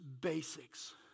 basics